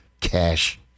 cash